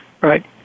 Right